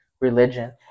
religion